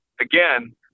again